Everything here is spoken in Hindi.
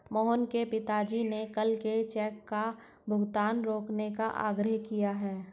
मोहन के पिताजी ने कल के चेक का भुगतान रोकने का आग्रह किए हैं